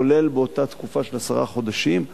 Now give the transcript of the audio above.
כולל באותה תקופה של עשרה חודשים,